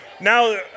now